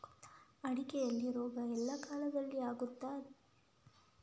ಅಡಿಕೆಯಲ್ಲಿ ರೋಗ ಎಲ್ಲಾ ಕಾಲದಲ್ಲಿ ಕಾಣ್ತದ?